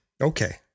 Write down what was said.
okay